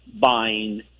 buying